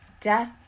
death